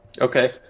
Okay